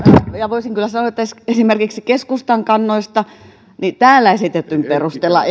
ja voisin kyllä sanoa että esimerkiksi keskustan kannoista täällä esitetyn perusteella